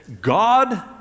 God